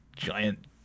Giant